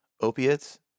opiates